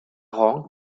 rang